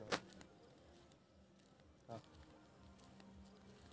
हमरा सामाजिक सहायता प्राप्त करय के लिए की सब करे परतै?